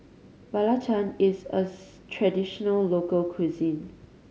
belacan is a traditional local cuisine